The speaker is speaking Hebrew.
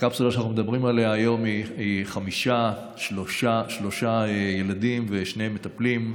היום היא חמישה: שלושה ילדים ושני מטפלים,